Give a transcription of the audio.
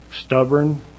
stubborn